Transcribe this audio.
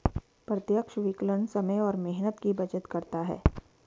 प्रत्यक्ष विकलन समय और मेहनत की बचत करता है